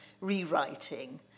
rewriting